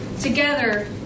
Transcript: together